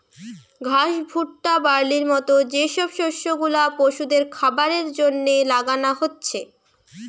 ঘাস, ভুট্টা, বার্লির মত যে সব শস্য গুলা পশুদের খাবারের জন্যে লাগানা হচ্ছে